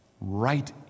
Right